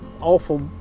awful